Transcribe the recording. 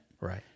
Right